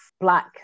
black